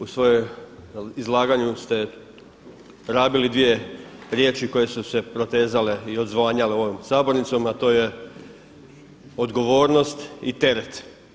U svojem izlaganju ste rabile dvije riječi koje su se protezale i odzvanjale ovom sabornicom, a to je odgovornost i teret.